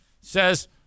says